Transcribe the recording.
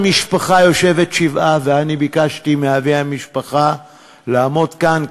ואני ביקשתי מאבי המשפחה לעמוד כאן,